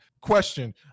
question